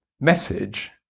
message